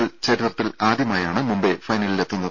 L ചരിത്രത്തിലാദ്യമായാണ് മുംബൈ ഫൈനലിലെത്തുന്നത്